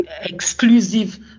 exclusive